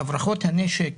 הברחות הנשק